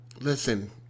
Listen